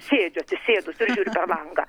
sėdžiu atsisėdus ir žiūriu per langą